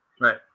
Right